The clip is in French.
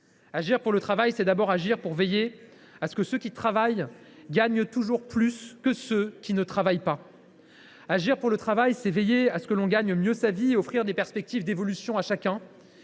Agir pour le travail, c’est d’abord veiller à ce que ceux qui travaillent gagnent toujours plus que ceux qui ne travaillent pas. Agir pour le travail, c’est veiller à ce que l’on gagne mieux sa vie et offrir des perspectives d’évolution à chacun.